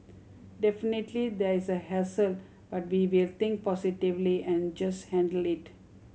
definitely there's a hassle but we will think positively and just handle it